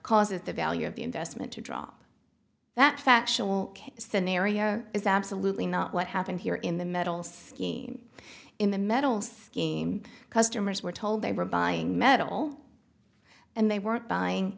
causes the value of the investment to drop that factional scenario is absolutely not what happened here in the metals in the metals scheme customers were told they were buying metal and they weren't buying